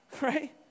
right